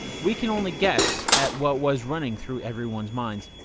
we can only guess at what was running through everyone's minds.